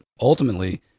Ultimately